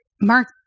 Mark